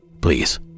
please